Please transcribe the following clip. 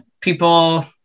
people